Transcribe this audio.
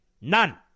None